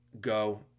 go